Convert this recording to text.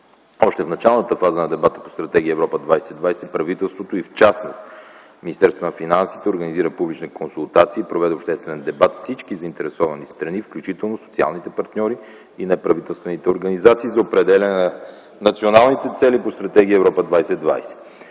Още в началната фаза на дебата по Стратегия „Европа 2020” правителството и в частност Министерството на финансите организира публични консултации, проведе обществен дебат с всички заинтересовани страни, включително и социалните партньори и неправителствените организации за определяне на националните цели по Стратегия „Европа 2020”.